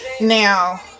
now